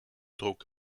druck